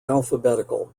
alphabetical